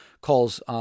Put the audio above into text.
calls